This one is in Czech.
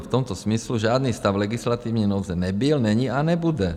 V tomto smyslu žádný stav legislativní nouze nebyl, není a nebude.